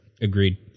agreed